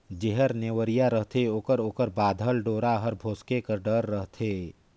जेहर नेवरिया रहथे ओकर ओकर बाधल डोरा हर भोसके कर डर रहथे